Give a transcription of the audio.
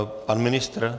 Pan ministr?